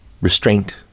restraint